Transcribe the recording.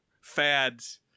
fads